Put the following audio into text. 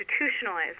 institutionalized